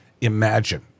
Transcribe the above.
Imagine